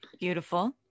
Beautiful